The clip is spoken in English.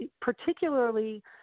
particularly